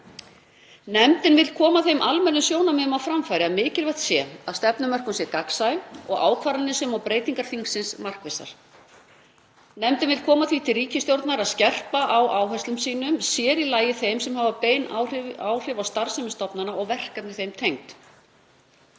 Nefndin vill koma þeim almennu sjónarmiðum á framfæri að mikilvægt sé að stefnumörkun sé gagnsæ og ákvarðanir sem og breytingar þingsins markvissar. Nefndin vill koma því til ríkisstjórnar að skerpa á áherslum sínum, sér í lagi þeim sem hafa bein áhrif á starfsemi ríkisstofnana og verkefni á þeirra